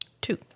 Two